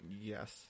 Yes